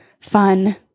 fun